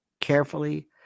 carefully